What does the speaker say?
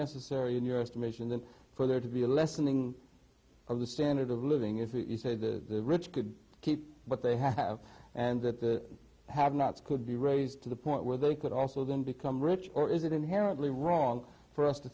necessary in your estimation then for there to be a lessening of the standard of living if you say the rich could keep what they have and have nots could be raised to the point where they could also then become rich or is it inherently wrong for us to